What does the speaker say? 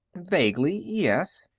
vaguely, yes.